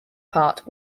part